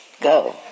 go